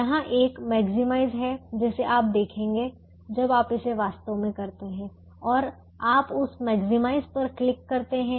यहां एक मैक्सिमाइज है जिसे आप देखेंगे जब आप इसे वास्तव में करते हैं और आप उस मैक्सिमाइज पर क्लिक करते हैं